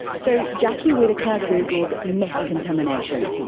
so jackie whittaker googled meth contamination.